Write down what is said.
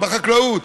בחקלאות,